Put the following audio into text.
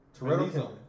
Toretto